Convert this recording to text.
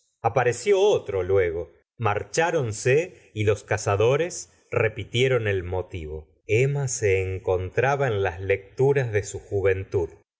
apareció otro luego marchárons e y los cazadores repitieron el motivo emma se encontraba en las lecturas de su juventud